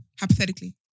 Hypothetically